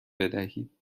بدهید